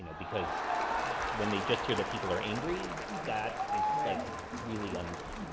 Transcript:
so because when they just hear that people are angry, that is like really uncover,